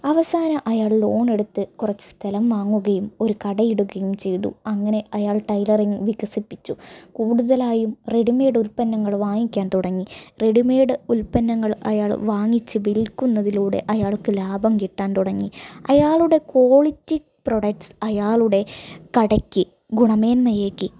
അവസാനം അയാൾ ലോൺ എടുത്ത് കുറച്ച് സ്ഥലം വാങ്ങുകയും ഒരു കട ഇടുകയും ചെയ്തു അങ്ങനെ അയാൾ ടൈലറിങ്ങ് വികസിപ്പിച്ചു കൂടുതലായും റെഡിമേഡ് ഉൽപ്പന്നങ്ങൾ വാങ്ങിക്കാൻ തുടങ്ങി റെഡിമേഡ് ഉൽപ്പന്നങ്ങൾ അയാൾ വാങ്ങിച്ച് വിൽക്കുന്നതിലൂടെ അയാൾക്ക് ലാഭം കിട്ടാൻ തുടങ്ങി അയാളുടെ ക്വാളിറ്റി പ്രോഡക്റ്റ്സ് അയാളുടെ കടയ്ക്ക് ഗുണമേന്മയേകി